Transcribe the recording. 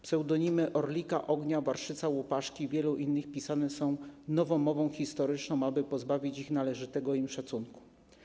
Pseudonimy Orlika, Ognia, Warszyca, Łupaszki i wielu innych pisane są nowomową historyczną, aby pozbawić ich należytego im szacunku.